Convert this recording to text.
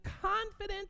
confident